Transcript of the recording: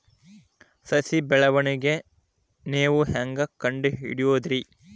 ಸಸಿ ಬೆಳವಣಿಗೆ ನೇವು ಹ್ಯಾಂಗ ಕಂಡುಹಿಡಿಯೋದರಿ?